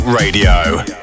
Radio